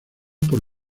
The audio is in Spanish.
por